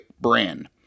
brand